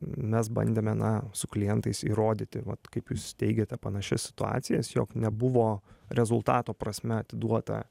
mes bandėme na su klientais įrodyti vat kaip jūs teigiate panašias situacijas jog nebuvo rezultato prasme atiduota